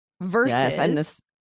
versus